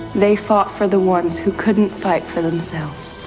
they fought for the ones who couldn't fight for themselves,